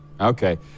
Okay